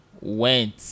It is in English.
went